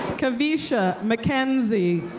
kevisha mckenzie.